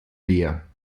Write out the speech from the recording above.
leer